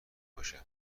باشه